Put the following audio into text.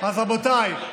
אז רבותיי,